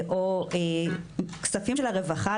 או כספים של הרווחה,